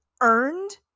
earned